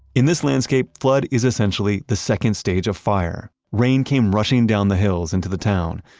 in this landscape, flood is essentially the second stage of fire. rain came rushing down the hills into the town.